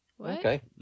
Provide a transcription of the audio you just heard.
okay